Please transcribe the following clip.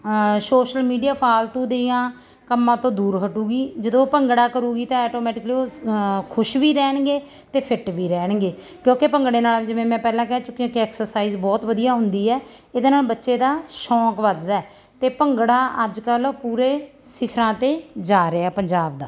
social media ਫਾਲਤੂ ਦੀਆਂ ਕੰਮਾਂ ਤੋਂ ਦੂਰ ਹਟੇਗੀ ਜਦੋਂ ਭੰਗੜਾ ਕਰੇਗੀ ਤਾਂ ਆਟੋਮੈਟਿਕਲੀ ਉਹ ਸ ਖੁਸ਼ ਵੀ ਰਹਿਣਗੇ ਅਤੇ ਫਿੱਟ ਵੀ ਰਹਿਣਗੇ ਕਿਉਂਕਿ ਭੰਗੜੇ ਨਾਲ ਜਿਵੇਂ ਮੈਂ ਪਹਿਲਾਂ ਕਹਿ ਚੁੱਕੀ ਹਾਂ ਕਿ ਐਕਸਰਸਾਈਜ਼ ਬਹੁਤ ਵਧੀਆ ਹੁੰਦੀ ਹੈ ਇਹਦੇ ਨਾਲ ਬੱਚੇ ਦਾ ਸ਼ੌਂਕ ਵੱਧਦਾ ਹੈ ਅਤੇ ਭੰਗੜਾ ਅੱਜ ਕੱਲ੍ਹ ਪੂਰੇ ਸਿਖਰਾਂ 'ਤੇ ਜਾ ਰਿਹਾ ਪੰਜਾਬ ਦਾ